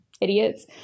idiots